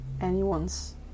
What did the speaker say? anyone's